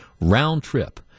round-trip